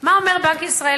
מה אומר בנק ישראל?